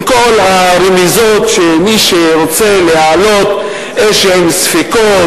עם כל הרמיזות שמי שרוצה להעלות איזה ספקות,